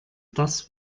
das